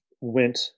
went